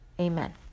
Amen